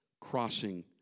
crossing